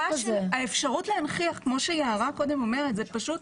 האפשרות להנכיח כמו שיערה קודם אומרת, זה פשוט